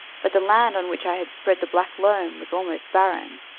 but the land on which i had spread the black loam was almost barren,